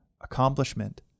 accomplishment